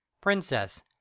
Princess